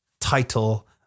title